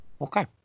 Okay